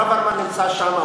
ברוורמן נמצא שם,